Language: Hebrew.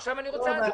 עכשיו אני רוצה להצביע.